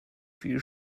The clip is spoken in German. viel